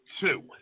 two